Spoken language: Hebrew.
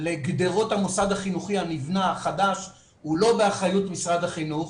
לגדרות המוסד החינוכי הנבנה החדש הוא לא באחריות משרד החינוך.